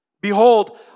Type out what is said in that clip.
Behold